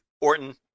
Orton